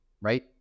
Right